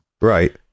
Right